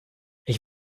ich